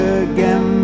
again